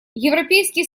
европейский